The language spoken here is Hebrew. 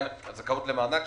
הזכאות למענק.